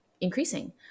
increasing